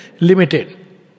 limited